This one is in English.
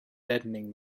deadening